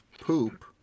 poop